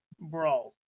Brawl